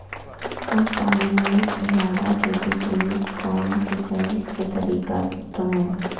कम पानी में जयादे खेती के लिए कौन सिंचाई के तरीका उत्तम है?